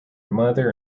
mother